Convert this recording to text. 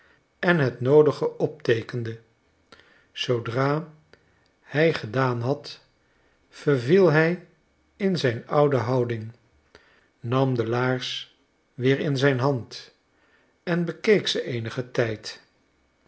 en het noodige opteekende zoodra hij gedaan had verviel hy in zijn oude houding nam de laars weer in zijn hand en bekeek ze eenigen tijd